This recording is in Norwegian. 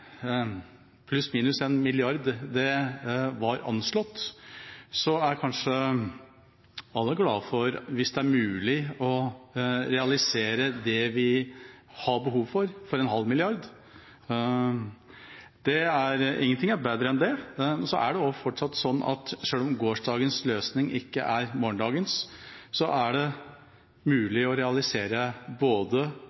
og pluss/minus én milliard kr, slik det var anslått: Man er kanskje glad for å realisere – hvis det er mulig – det man har behov for for en halv milliard kr. Ingenting er bedre enn det. Det er fortsatt sånn at selv om gårsdagens løsning ikke er morgendagens, er det